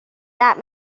that